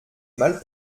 mal